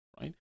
right